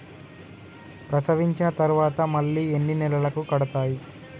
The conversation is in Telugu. ప్రసవించిన తర్వాత మళ్ళీ ఎన్ని నెలలకు కడతాయి?